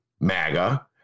MAGA